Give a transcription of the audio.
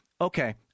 okay